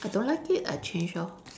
I don't like it I change lor